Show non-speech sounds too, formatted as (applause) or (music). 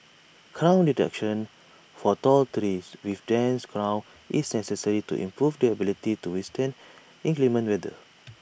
crown reduction for tall trees with dense crowns is sense (unintelligible) to improve their ability to withstand inclement weather